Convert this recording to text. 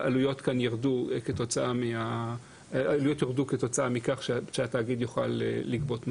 העלויות ירדו כתוצאה מכך שהתאגיד יוכל לגבות מע"מ.